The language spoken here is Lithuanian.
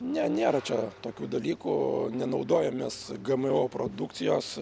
ne nėra čia tokių dalykų nenaudojam mes gmo produkcijos